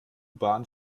bahn